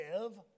live